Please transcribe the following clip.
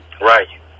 Right